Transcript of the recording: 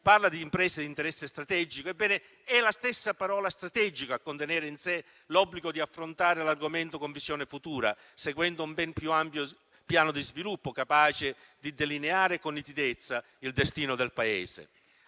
parla di imprese a interesse strategico. Ebbene, è la stessa parola "strategico" che contiene in sé l'obbligo ad affrontare l'argomentare con visione futura, seguendo un ben più ampio piano di sviluppo, capace di delineare con nitidezza il destino del Paese.